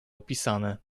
opisane